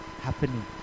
happening